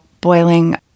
boiling